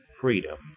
freedom